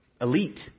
elite